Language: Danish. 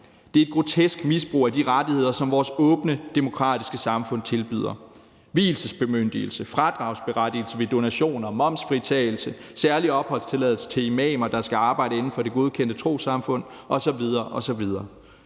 Det er et grotesk misbrug af de rettigheder, som vores åbne, demokratiske samfund tilbyder – vielsesbemyndigelse, fradragsberettigelse ved donationer, momsfritagelse, særlig opholdstilladelse til imamer, der skal arbejde inden for det godkendte trossamfund osv. osv.